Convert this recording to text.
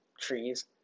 trees